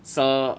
so